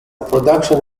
production